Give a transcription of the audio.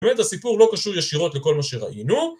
באמת הסיפור לא קשור ישירות לכל מה שראינו.